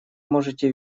можете